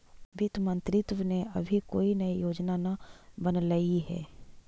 वित्त मंत्रित्व ने अभी कोई नई योजना न बनलई हे